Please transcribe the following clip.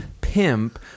pimp